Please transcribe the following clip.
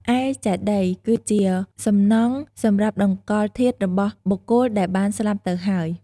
ឯចេតិយ គឺជាសំណង់សម្រាប់តម្កល់ធាតុរបស់បុគ្គលដែលបានស្លាប់ទៅហើយ។